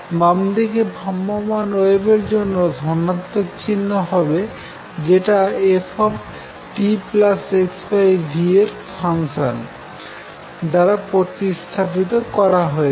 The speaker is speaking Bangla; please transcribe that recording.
বামদিকে ভ্রাম্যমাণ ওয়েভের জন্য ধনাত্মক চিহ্ন হবে যেটা ft xv ফাংশন দ্বারা প্রতিস্থাপিত করা হয়েছে